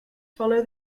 follow